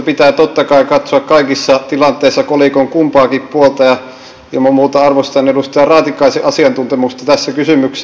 pitää totta kai katsoa kaikissa tilanteissa kolikon kumpaakin puolta ja ilman muuta arvostan edustaja raatikaisen asiantuntemusta tässä kysymyksessä